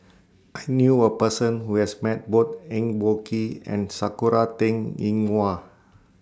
I knew A Person Who has Met Both Eng Boh Kee and Sakura Teng Ying Hua